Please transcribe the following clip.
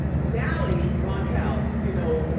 mally roncal. you know,